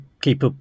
keep